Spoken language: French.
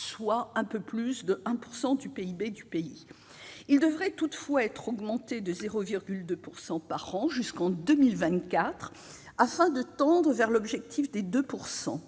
soit un peu plus de 1 % du PIB du pays. Il devrait toutefois être augmenté de 0,2 % par an jusqu'en 2024, afin de tendre vers l'objectif des 2 %.